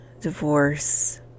divorce